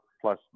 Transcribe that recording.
plus